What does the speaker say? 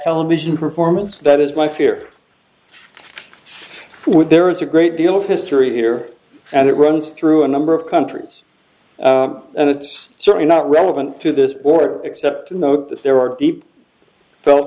television performance that is my fear what there is a great deal of history here and it runs through a number of countries and it's certainly not relevant to this board except to note that there are deep felt